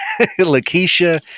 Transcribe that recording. Lakeisha